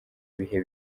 bihe